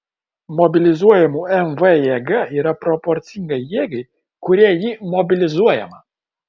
mobilizuojamų mv jėga yra proporcinga jėgai kuria ji mobilizuojama